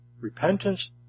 repentance